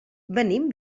venim